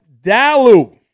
Dalu